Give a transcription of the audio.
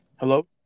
Hello